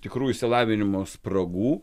tikrų išsilavinimo spragų